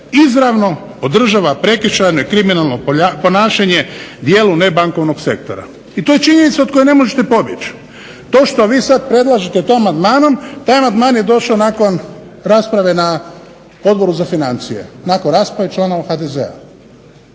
izravno održava prekršajno i kriminalno ponašanja dijelu nebankovnog sektora i to je činjenica od koje ne možete pobjeći. To što vi sad predlažete to amandmanom, taj amandman je došao nakon rasprave na Odboru za financije, nakon rasprave članova HDZ-a.